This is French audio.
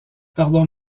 pardon